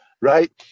right